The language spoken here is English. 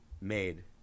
made